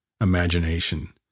imagination